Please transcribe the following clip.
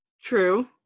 True